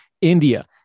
India